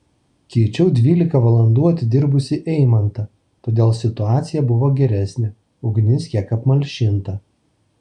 keičiau dvylika valandų atidirbusį eimantą todėl situacija buvo geresnė ugnis kiek apmalšinta